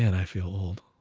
and i feel old.